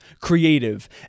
creative